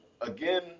again